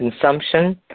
Consumption